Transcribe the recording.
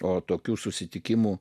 o tokių susitikimų